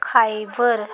Khyber